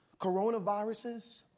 Coronaviruses